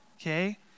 Okay